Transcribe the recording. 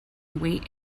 await